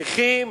צריכים